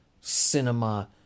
cinema